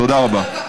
תודה רבה.